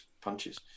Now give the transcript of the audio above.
punches